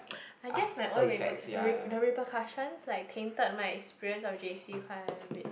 I guess my own reper~ the reper~ the repercussions like tinted my experience of j_c quite a bit